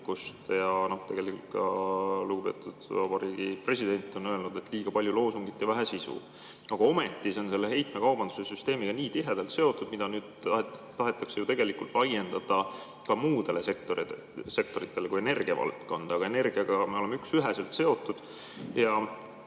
Ja tegelikult ka lugupeetud vabariigi president on öelnud, et liiga palju loosungit ja vähe sisu. Aga ometi see on heitmekaubanduse süsteemiga nii tihedalt seotud ja seda nüüd tahetakse ju tegelikult laiendada ka muudele sektoritele kui energiavaldkond. Aga energiaga me oleme üksüheselt seotud. Ma